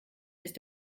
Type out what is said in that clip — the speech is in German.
ist